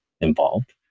involved